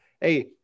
hey